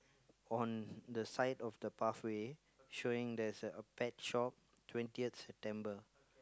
on the side of the pathway showing there's a pet shop twentieth September